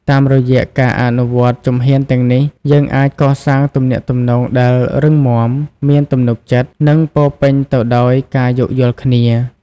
តាមរយៈការអនុវត្តជំហានទាំងនេះ យើងអាចកសាងទំនាក់ទំនងដែលរឹងមាំ មានទំនុកចិត្ត និងពោរពេញទៅដោយការយោគយល់គ្នា។